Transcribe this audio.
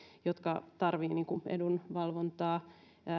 jotka tarvitsevat edunvalvontaa